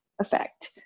effect